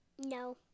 No